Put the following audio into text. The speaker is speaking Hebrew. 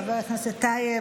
חבר הכנסת טייב,